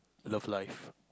love life